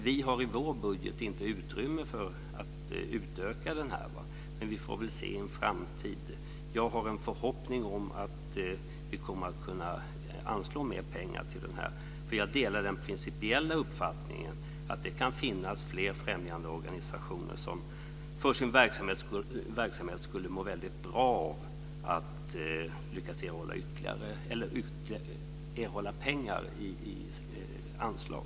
Vi har i vår budget inte utrymme för att utöka den, men vi får väl se i en framtid. Jag har en förhoppning om att vi kommer att kunna anslå mer pengar till detta. Jag delar nämligen den principiella uppfattningen att det kan finnas fler främjandeorganisationer som för sin verksamhet skulle må väldigt bra av att lyckas erhålla pengar i anslag.